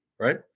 right